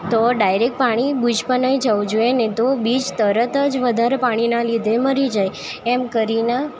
તો ડાયરેક પાણી બૂચમાં નઈ જવું જોઈએ નઈ તો બીજ તરત જ વધારે પાણીના લીધે મરી જાય એમ કરીન